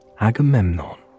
Agamemnon